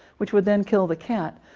which would then kill the cat.